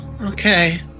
Okay